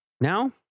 Now